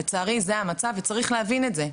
לצערי, זה המצב וצריך להבין את זה.